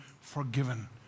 forgiven